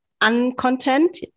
uncontent